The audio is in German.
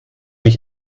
ich